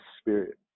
spirit